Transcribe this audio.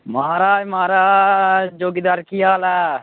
महाराज महाराज जोगीदार केह् हाल ऐ